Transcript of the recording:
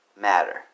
matter